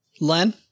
Len